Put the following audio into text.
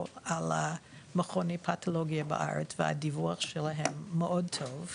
המכונים הפתולוגים בארץ והדיווח שלהם מאוד טוב,